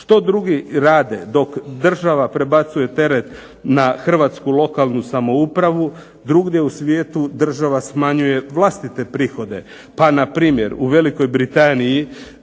Što drugi rade dok država prebacuje teret na hrvatsku lokalnu samoupravu? Drugdje u svijetu država smanjuje vlastite prihode pa npr. u Velikoj Britaniji